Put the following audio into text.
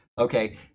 Okay